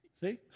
See